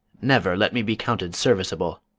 never let me be counted serviceable.